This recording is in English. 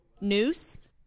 noose